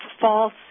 false